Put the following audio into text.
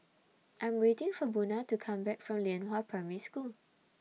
I Am waiting For Buna to Come Back from Lianhua Primary School